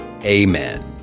Amen